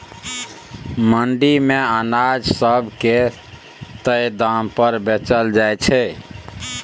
मंडी मे अनाज सब के तय दाम पर बेचल जाइ छै